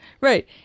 Right